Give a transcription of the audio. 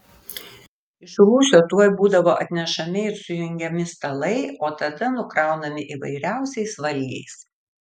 iš rūsio tuoj būdavo atnešami ir sujungiami stalai o tada nukraunami įvairiausiais valgiais